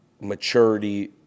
maturity